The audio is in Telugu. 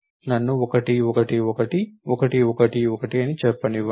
నన్ను 1 1 1 1 1 1 1 అని చెప్పనివ్వండి